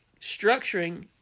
structuring